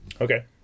Okay